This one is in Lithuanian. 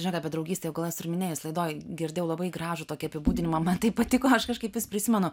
žinok apie draugystę jau gal ir esu minėjus laidoj girdėjau labai gražų tokį apibūdinimą man taip patiko aš kažkaip vis prisimenu